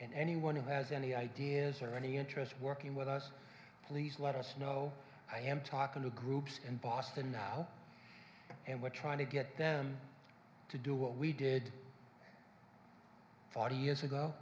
and anyone who has any ideas or any interest working with us please let us know i am talking to groups in boston now and we're trying to get them to do what we did forty years ago